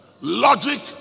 Logic